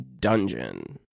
dungeon